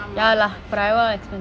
ஆமா:aama